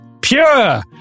pure